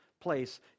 place